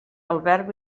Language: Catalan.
albert